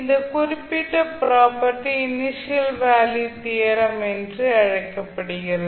இந்த குறிப்பிட்ட property initial value theorem என்று அழைக்கப்படுகிறது